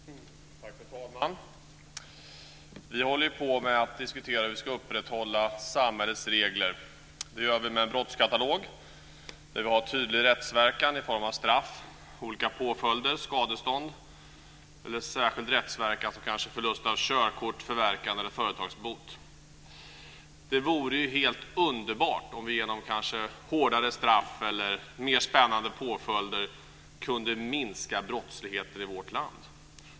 Fru talman! Vi håller på att diskutera hur vi ska upprätthålla samhällets regler. Det gör vi med en brottskatalog där vi har tydlig rättsverkan i form av straff och olika påföljder som t.ex. skadestånd eller särskild rättsverkan som kanske förlust av körkort, förverkande eller företagsbot. Det vore helt underbart om vi genom kanske hårdare straff eller mer spännande påföljder kunde minska brottsligheten i vårt land.